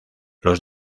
los